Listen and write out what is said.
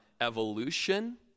evolution